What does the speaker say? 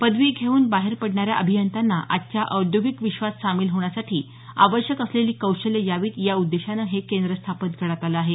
पदवी घेवून बाहेर पडणाऱ्या अभियंत्यांना आजच्या औद्योगिक विश्वात सामील होण्यासाठी आवश्यक असलेली कौशल्यं यावीत या उद्देश्यानं हे केंद्र स्थापन करण्यात आलं आहे